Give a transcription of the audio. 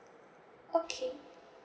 okay